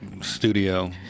studio